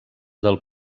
del